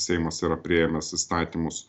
seimas yra priėmęs įstatymus